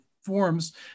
Forms